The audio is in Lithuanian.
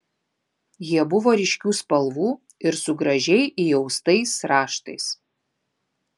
jie buvo ryškių spalvų ir su gražiai įaustais raštais